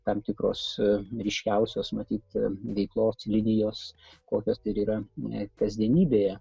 tam tikros ryškiausios matyt veiklos linijos kokios ir yra kasdienybėje